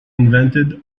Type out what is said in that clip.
invented